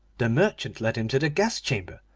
the merchant led him to the guest chamber,